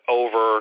over